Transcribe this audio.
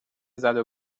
زدو